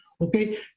okay